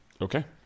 Okay